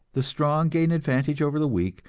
the strong gain advantage over the weak,